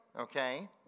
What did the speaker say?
okay